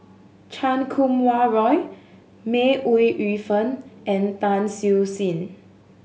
Chan Kum Wah Roy May Ooi Yu Fen and Tan Siew Sin